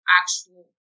actual